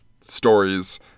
stories